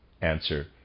Answer